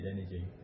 energy